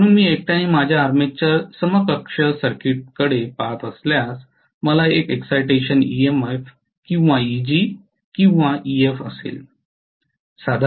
म्हणून मी एकट्याने माझ्या आर्मेचर समकक्ष सर्किटकडे पहात असल्यास मला एक एक्साईटेशन ईएमएफ किंवा Eg किंवा Ef असेल